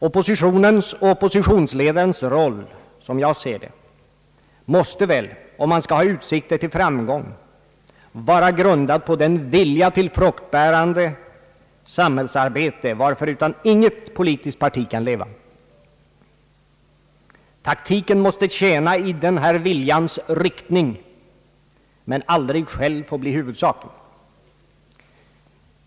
Oppositionens och oppositionsledarens roll, som jag ser det, måste väl om man skall ha utsikter till framgång vara grundad på den vilja till fruktbärande samhällsarbete varförutan inget politiskt parti kan leva. Taktiken måste tjäna i denna viljas riktning men aldrig själv få bli huvudsaken.